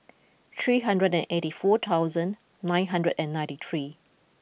three hundred and eighty four thousand nine hundred and ninety three